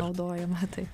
naudojama tai